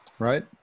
Right